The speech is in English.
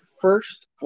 first